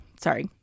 Sorry